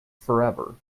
forever